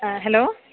hello